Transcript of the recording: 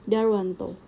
Darwanto